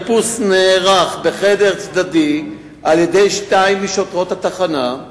החיפוש נערך בחדר צדדי על-ידי שתיים משוטרות התחנה.